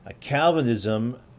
calvinism